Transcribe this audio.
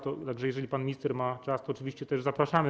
Tak że jeżeli pan minister ma czas, to oczywiście też zapraszamy.